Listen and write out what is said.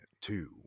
two